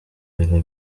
biro